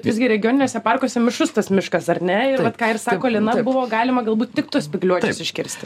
visgi regioniniuose parkuose vmišrus tas miškas ar ne ir vat ką ir sako lina buvo galima galbūt tik tuos spygliuočius iškirsti